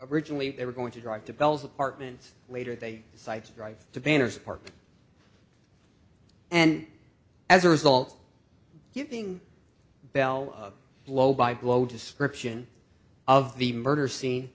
originally they were going to drive to bell's apartment later they decided to drive to banner's park and as a result giving bell a blow by blow description of the murder scene